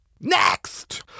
Next